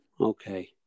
Okay